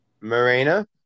Marina